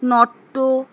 নট্য